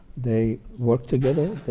they worked together,